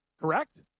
Correct